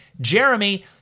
Jeremy